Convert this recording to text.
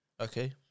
okay